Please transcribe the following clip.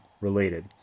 related